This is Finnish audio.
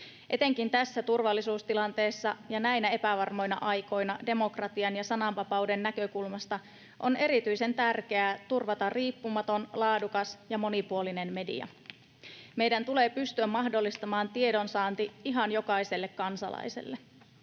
Etenkin tässä turvallisuustilanteessa ja näinä epävarmoina aikoina demokratian ja sananvapauden näkökulmasta on erityisen tärkeää turvata riippumaton, laadukas ja monipuolinen media. Meidän tulee pystyä mahdollistamaan tiedonsaanti ihan jokaiselle kansalaiselle.